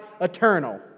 eternal